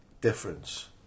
difference